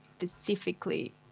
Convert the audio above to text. specifically